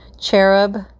Cherub